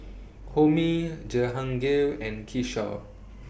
Homi Jehangirr and Kishore